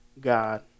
God